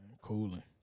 Cooling